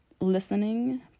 listening